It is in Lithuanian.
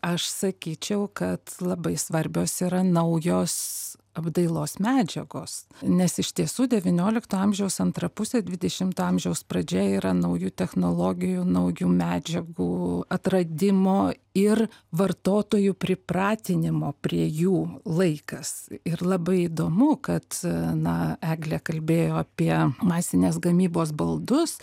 aš sakyčiau kad labai svarbios yra naujos apdailos medžiagos nes iš tiesų devyniolikto amžiaus antra pusė dvidešimto amžiaus pradžia yra naujų technologijų naujų medžiagų atradimo ir vartotojų pripratinimo prie jų laikas ir labai įdomu kad na eglė kalbėjo apie masinės gamybos baldus